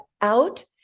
out